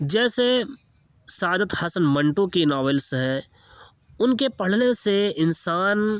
جیسے سعادت حسن منٹو کی ناولس ہے ان کے پڑھنے سے انسان